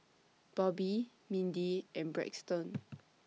Bobbi Mindi and Braxton